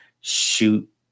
shoot